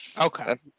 Okay